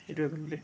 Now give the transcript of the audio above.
সেইটোৱে বুলিলে